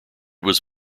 was